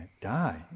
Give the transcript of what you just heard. die